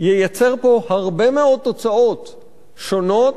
ייצר פה הרבה מאוד תוצאות שונות,